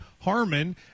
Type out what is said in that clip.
Harmon